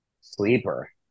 sleeper